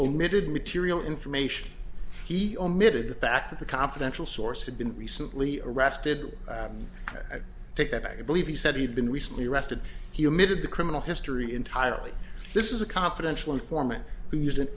omitted material information he omitted the fact that the confidential source had been recently arrested and taken back i believe he said he'd been recently arrested he omitted the criminal history entirely this is a confidential informant who used an